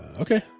Okay